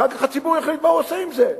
אחר כך הציבור יחליט מה הוא עושה עם זה.